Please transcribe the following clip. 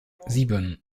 sieben